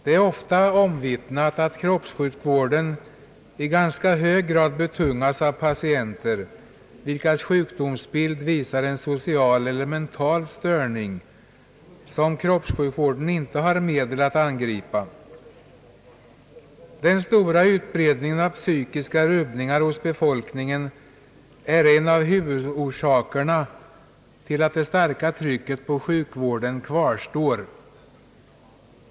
Det är ofta omvittnat att kroppssjukvården i ganska hög grad betungas av patienter vilkas sjukdomsbild visar en social eller mental störning som kroppssjukvården inte har medel att angripa. Den stora utbredningen av psykiska rubbningar hos befolkningon är en av huvudorsakerna till att det stora trycket på sjukvården kvarstår.